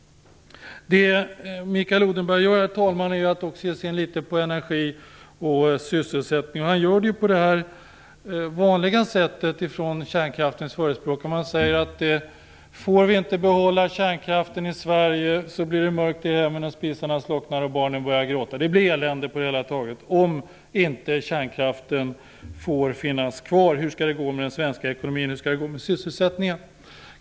Herr talman! Mikael Odenberg berör något energi och sysselsättning. Han gör det på det för kärnkraftens förespråkare vanliga sättet. Man säger att får vi inte behålla kärnkraften i Sverige så blir det mörkt i hemmen, spisarna slocknar och barnen börjar gråta; det blir elände på det hela taget om inte kärnkraften får finnas kvar. Hur skall det gå med den svenska ekonomin och hur skall det gå med sysselsättningen?